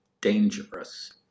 dangerous